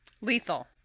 lethal